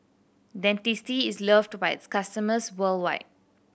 Dentiste is loved by its customers worldwide